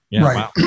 Right